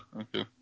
okay